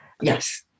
Yes